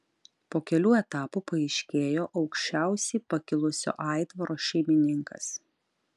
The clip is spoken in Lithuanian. po kelių etapų paaiškėjo aukščiausiai pakilusio aitvaro šeimininkas